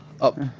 up